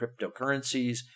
cryptocurrencies